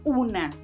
una